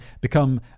become